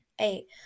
Eight